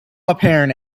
apparent